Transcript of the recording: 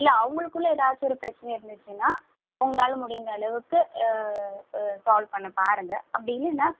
இல்லை அவங்களுக்குள்ள ஏதாச்சும் ஒரு பிரச்சனை இருந்துச்சுன்னா உங்களால் முடிந்த அளவுக்கு சால்வ் பண்ண பாருங்கள் அப்படி இல்லைன்னா